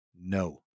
No